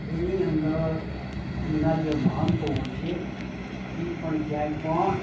એની અંદર એમના જે મહંતો હોય છે એ પણ ક્યાંય પણ